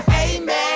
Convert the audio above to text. Amen